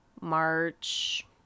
March